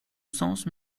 sens